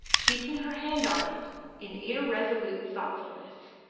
keeping her hand on it in irresolute thoughtfulness.